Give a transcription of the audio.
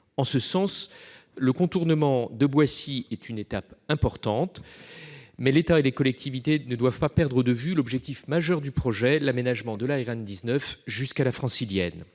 En ce sens, le contournement de Boissy est certes une étape importante, mais l'État et les collectivités ne doivent pas perdre de vue l'objectif majeur du projet : l'aménagement de la RN 19 jusqu'à la Francilienne.